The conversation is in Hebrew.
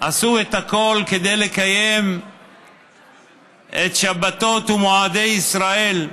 עשו את הכול כדי לקיים את השבתות ומועדי ישראל,